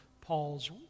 Paul's